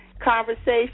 conversation